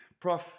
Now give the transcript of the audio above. Prof